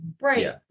Right